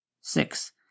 Six